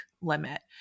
limit